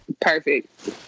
Perfect